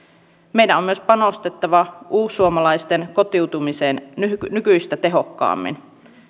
meidän on myös panostettava uussuomalaisten kotiutumiseen nykyistä tehokkaammin